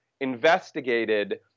investigated